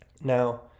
Now